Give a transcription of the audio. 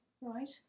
right